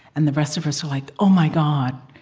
and the rest of us are like, oh, my god!